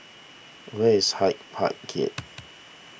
where is Hyde Park Gate